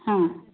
हां